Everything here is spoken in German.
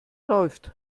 läuft